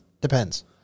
Depends